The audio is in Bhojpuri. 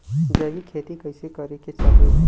जैविक खेती कइसे करे के चाही?